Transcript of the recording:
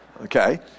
Okay